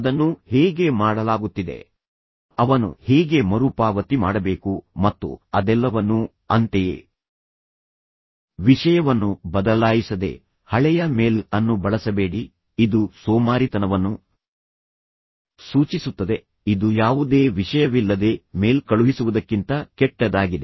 ಅದನ್ನು ಹೇಗೆ ಮಾಡಲಾಗುತ್ತಿದೆ ಅವನು ಹೇಗೆ ಮರುಪಾವತಿ ಮಾಡಬೇಕು ಮತ್ತು ಅದೆಲ್ಲವನ್ನೂ ಅಂತೆಯೇ ವಿಷಯವನ್ನು ಬದಲಾಯಿಸದೆ ಹಳೆಯ ಮೇಲ್ ಅನ್ನು ಬಳಸಬೇಡಿ ಇದು ಸೋಮಾರಿತನವನ್ನು ಸೂಚಿಸುತ್ತದೆ ಇದುಯಾವುದೇ ವಿಷಯವಿಲ್ಲದೆ ಮೇಲ್ ಕಳುಹಿಸುವುದಕ್ಕಿಂತ ಕೆಟ್ಟದಾಗಿದೆ